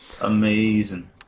Amazing